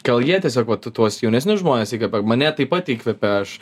gal jie tiesiog vat tuos jaunesnius žmones įkvėpė mane taip pat įkvėpė aš